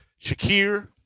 Shakir